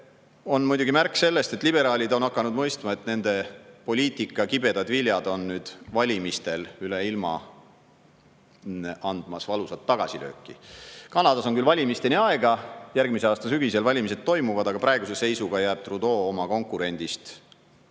on muidugi märk sellest, et liberaalid on hakanud mõistma, et nende poliitika kibedad viljad on nüüd valimistel üle ilma andmas valusat tagasilööki. Kanadas on küll valimisteni aega, järgmise aasta sügisel alles valimised toimuvad, aga praeguse seisuga jääb Trudeau oma konkurendist,